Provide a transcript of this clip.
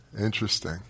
Interesting